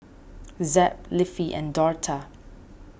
Zeb Leafy and Dortha